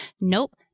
Nope